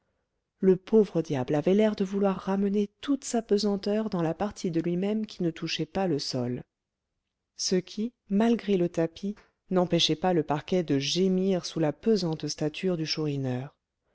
le pauvre diable avait l'air de vouloir ramener toute sa pesanteur dans la partie de lui-même qui ne touchait pas le sol ce qui malgré le tapis n'empêchait pas le parquet de gémir sous la pesante stature du chourineur